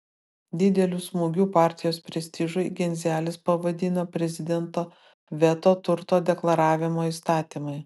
dideliu smūgiu partijos prestižui genzelis pavadino prezidento veto turto deklaravimo įstatymui